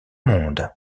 monde